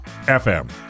FM